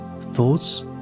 thoughts